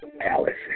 Alice